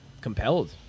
compelled